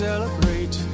Celebrate